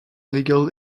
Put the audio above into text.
legal